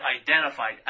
identified